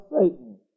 Satan